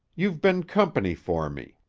you've been company for me.